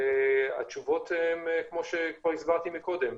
והתשובות הן כמו שכבר הסברתי קודם.